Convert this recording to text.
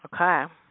Okay